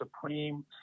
supreme